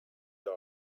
dog